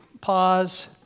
Pause